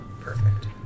Perfect